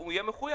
הוא יהיה מחויב,